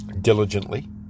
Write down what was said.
diligently